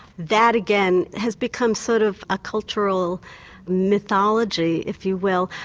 that again has become sort of a cultural mythology if you will.